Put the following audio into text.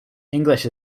english